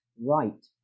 right